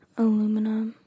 aluminum